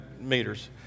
meters